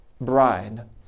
bride